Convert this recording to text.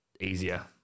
easier